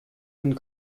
and